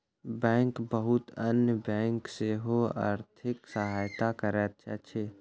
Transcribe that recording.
bank बहुत अन्य bank के सेहो आर्थिक सहायता करैत अछि